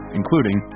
including